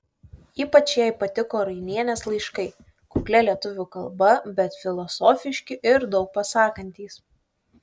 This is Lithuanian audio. ypač jai patiko rainienės laiškai kuklia lietuvių kalba bet filosofiški ir daug pasakantys